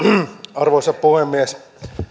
arvoisa puhemies